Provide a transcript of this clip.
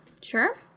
Sure